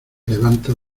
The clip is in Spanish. levanta